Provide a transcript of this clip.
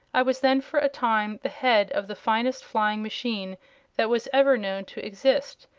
i was then for a time the head of the finest flying machine that was ever known to exist,